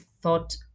thought